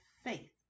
Faith